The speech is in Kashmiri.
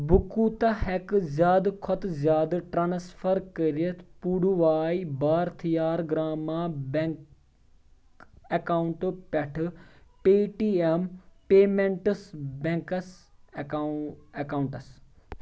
بہٕ کوٗتاہ ہٮ۪کہٕ زِیٛادٕ کھۄتہٕ زِیٛادٕ ٹرانسفر کٔرِتھ پُڈوٗواے بھارتِھیار گرٛاما بیٚنٛک اٮ۪کاونٹ پٮ۪ٹھٕ Paytm payments banks اکاونٹَس